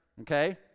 Okay